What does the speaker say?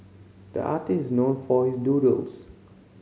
the artist is known for his doodles